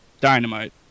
Dynamite